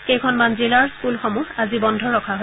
কেইখনমান জিলাৰ স্থুলসমূহ আজি বন্ধ ৰখা হয়